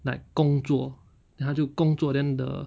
like 工作 then 它就工作 then the